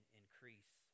increase